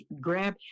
grab